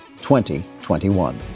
2021